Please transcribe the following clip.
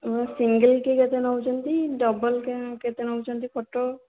ଆଜ୍ଞା ସିଙ୍ଗିଲ୍କି କେତେ ନେଉଛନ୍ତି ଡବଲ୍କୁ କେତେ ନେଉଛନ୍ତି ଫଟୋ